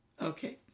Okay